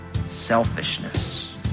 selfishness